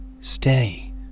Stay